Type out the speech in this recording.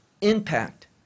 impact